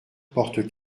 porte